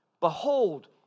Behold